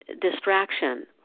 distraction